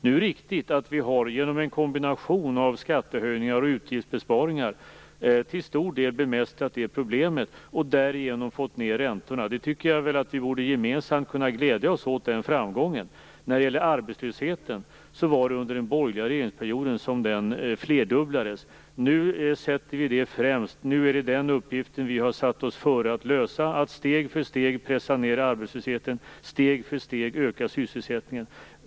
Nu är det riktigt att vi genom en kombination av skattehöjningar och utgiftsbesparingar till stor del har bemästrat det problemet och därigenom fått ned räntorna. Jag tycker att vi borde kunna glädja oss åt den framgången gemensamt. Arbetslösheten flerdubblades under den borgerliga regeringsperioden. Nu sätter vi den främst. Nu är det den uppgiften vi har satt oss före att lösa: att steg för steg pressa ned arbetslösheten och steg för steg öka sysselsättningen.